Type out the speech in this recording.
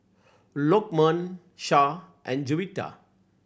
Lokman Shah and Juwita